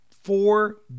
four